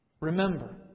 Remember